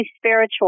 spiritual